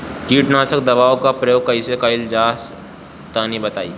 कीटनाशक दवाओं का प्रयोग कईसे कइल जा ला तनि बताई?